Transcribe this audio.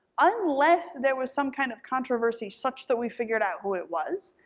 unless there was some kind of controversy such that we figured out who it was,